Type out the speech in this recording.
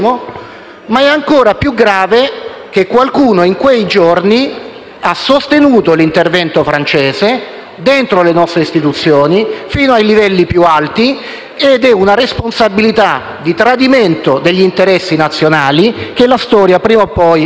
ma è ancora più grave che qualcuno in quei giorni abbia sostenuto l'intervento francese dentro le nostre istituzioni fino ai livelli più alti. Si tratta di una responsabilità di tradimento degli interessi nazionali di cui la storia prima o poi